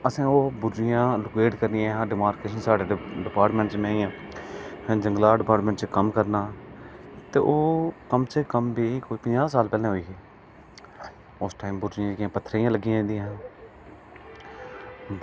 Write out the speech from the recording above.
असें ओह् बुर जियां लोकेट करनियां ते मार्केशन साढ़े डिपार्टमैंट च निं ऐ अं'ऊ जंगलात डिपार्टमैंट च कम्म करना ते ओह् कम से कम बी पंजाह् साल पैह्लें होई ही ते उस टाईम बुरजियां जेह्ड़ियां पत्थरै दियां लग्गियां जंदियां हियां